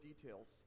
details